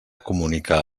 comunicar